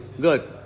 good